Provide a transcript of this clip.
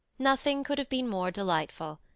nothing could have been more delightful.